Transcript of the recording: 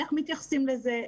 איך מתייחסים לזה,